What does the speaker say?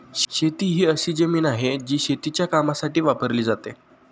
शेती ही अशी जमीन आहे, जी शेतीच्या कामासाठी वापरली जाते